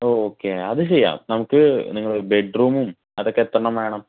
ഓ okay അത് ചെയ്യാം നമുക്ക് നിങ്ങള് ബെഡ് റൂമും അതൊക്കെ എത്രയെണ്ണം വേണം